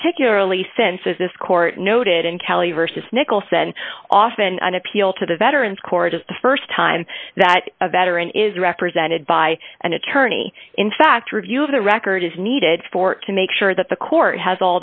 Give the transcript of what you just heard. particularly since as this court noted in cali versus nicholson often an appeal to the veterans court is the st time that a veteran is represented by an attorney in fact a review of the record is needed for to make sure that the court has